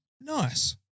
Nice